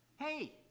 Hey